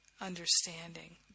understanding